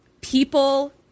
people